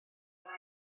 cael